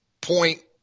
point